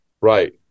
Right